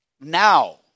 Now